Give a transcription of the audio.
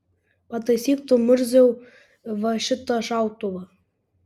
pataisyk tu murziau va šitą šautuvą